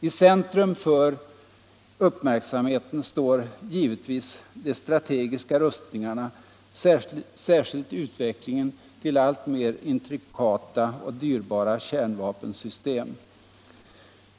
I centrum för uppmärksamheten står givetvis de strategiska rustningarna, särskilt utvecklingen till alltmer intrikata och dyrbara kärnvapensystem.